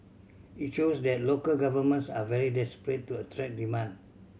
it shows that local governments are very desperate to attract demand